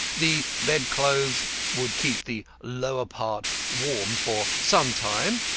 the bed-clothes would keep the lower part warm for some time.